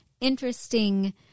interesting